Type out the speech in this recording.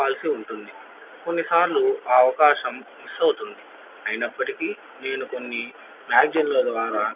పంపాల్సి ఉంటుంది కొన్నిసార్లు అవకాశం మిస్ అవుతుంది అయినప్పటికీ నేను కొన్ని మ్యాగజిన్ల ద్వారా